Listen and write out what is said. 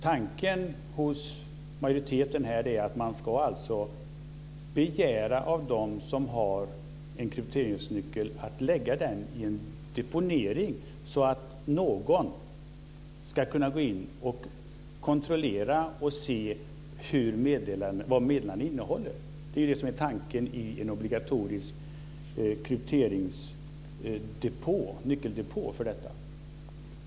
Tanken hos majoriteten är att man ska begära av dem som har en krypteringsnyckel att de ska lägga den i en deponering så att någon ska kunna gå in och kontrollera vad meddelandena innehåller. Detta är ju tanken med en obligatorisk nyckeldepå.